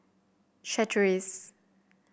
chateraise